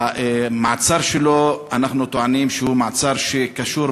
אנחנו טוענים שהמעצר שלו הוא מעצר שקשור